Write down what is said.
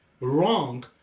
wrong